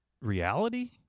reality